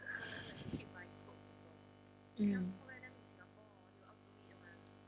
mm